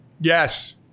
Yes